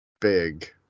big